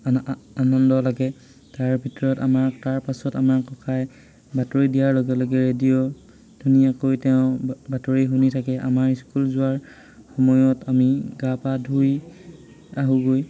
আ আনন্দ লাগে তাৰ ভিতৰত আমাৰ তাৰপাছত আমাক ককাই বাতৰি দিয়াৰ লগে লগে ৰেডিঅ' ধুনীয়াকৈ তেওঁ বাতৰি শুনি থাকে আমাৰ স্কুল যোৱাৰ সময়ত আমি গা পা ধুই আহোগৈ